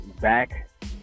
Back